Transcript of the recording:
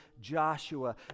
Joshua